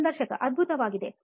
ಸಂದರ್ಶಕ ಅದ್ಭುತವಾಗಿದೆ